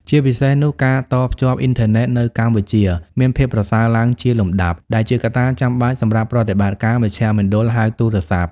ជាពិសេសនោះ ការតភ្ជាប់អ៊ីនធឺណិតនៅកម្ពុជាមានភាពប្រសើរឡើងជាលំដាប់ ដែលជាកត្តាចាំបាច់សម្រាប់ប្រតិបត្តិការមជ្ឈមណ្ឌលហៅទូរស័ព្ទ។